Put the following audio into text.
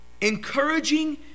encouraging